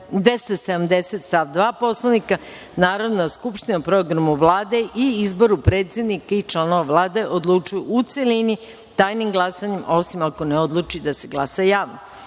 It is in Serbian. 270. stav 2. Poslovnika, Narodna skupština o Programu Vlade i izboru predsednika i članova Vlade odlučuje u celini tajnim glasanjem, osim ako ne odluči da se glasa javno.